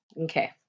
okay